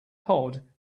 pod